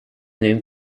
name